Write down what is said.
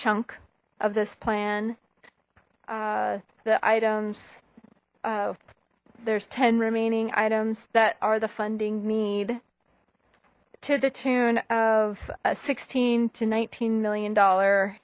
chunk of this plan the items there's ten remaining items that are the funding need to the tune of sixteen to nineteen million dollar